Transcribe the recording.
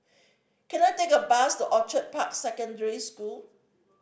can I take a bus to Orchid Park Secondary School